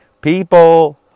people